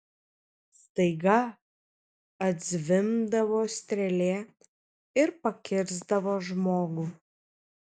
staiga atzvimbdavo strėlė ir pakirsdavo žmogų